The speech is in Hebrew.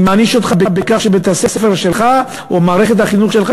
אני מעניש אותך בכך שבית-הספר שלך או מערכת החינוך שלך,